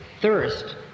thirst